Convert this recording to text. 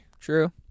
True